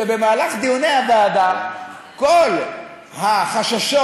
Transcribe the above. שבמהלך דיוני הוועדה כל החששות,